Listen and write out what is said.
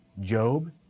Job